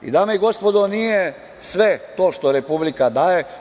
Dame i gospodo, nije sve to što Republika daje.